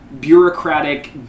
bureaucratic